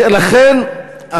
לכן,